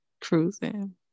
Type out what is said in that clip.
cruising